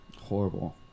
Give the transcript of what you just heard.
Horrible